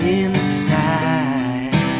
inside